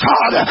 God